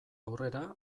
aurrera